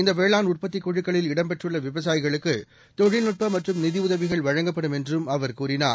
இந்தவேளாண் உற்பத்திக் குழுக்களில் இடம்பெற்றுள்ளவிவசாயிகளுக்குதொழில்நுட்பமற்றும் நிதிஉதவிகள் வழங்கப்படும் என்றும் அவர் கூறினார்